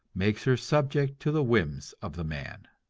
makes her subject to the whims of the man.